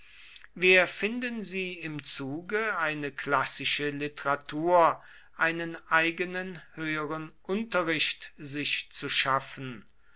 wir finden sie im zuge eine klassische literatur einen eigenen höheren unterricht sich zu schaffen